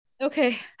Okay